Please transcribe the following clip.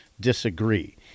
Disagree